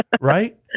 Right